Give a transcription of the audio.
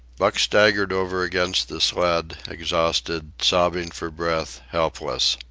buck staggered over against the sled, exhausted, sobbing for breath, helpless.